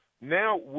now